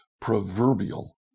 proverbial